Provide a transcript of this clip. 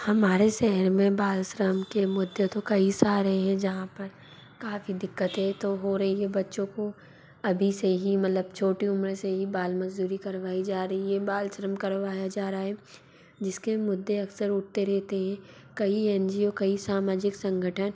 हमारे शहर में बाल श्रम के मुद्दे तो कई सारे हैं जहाँ पर काफ़ी दिक्कतें तो हो रई हैं बच्चों को अभी से ही मतलब छोटी उम्र से ही बाल मज़दूरी करवाई जा रही है बाल श्रम करवाया जा रहा है जिसके मुद्दे अक्सर उठते रहते हैं कई एन जी ओ कई सामाजिक संगठन